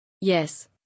Yes